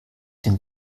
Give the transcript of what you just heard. dem